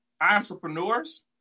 entrepreneurs